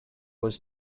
was